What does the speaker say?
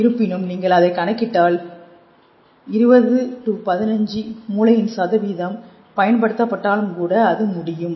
இருப்பினும் நீங்கள் அதை கணக்கிட்டால் 20 15 மூளையின் சதவீதம் பயன்படுத்தப்பட்டாலும் கூட அது முடியும்